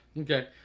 Okay